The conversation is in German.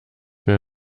mehr